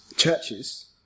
churches